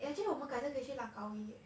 actually 我们改次可以去 langkawi